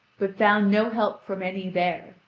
but found no help from any there,